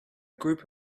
group